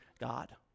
God